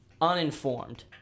uninformed